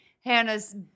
Hannah's